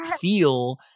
feel